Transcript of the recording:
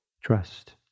trust